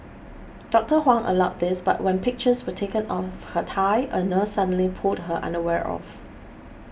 Doctor Huang allowed this but when pictures were taken of her thigh a nurse suddenly pulled her underwear off